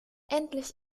endlich